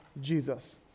Jesus